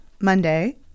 Monday